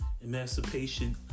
Emancipation